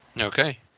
okay